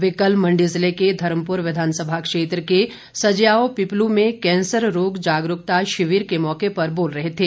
वे कल मंडी ज़िले के धर्मपुर विधानसभा क्षेत्र के सज्याओ पिपलु में कैंसर रोग जागरूकता शिविर के मौके पर बोल रहे थे